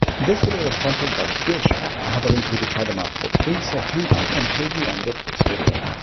this video was sponsored by skillshare i have a link for you to try them out for free so hang out until the end of this video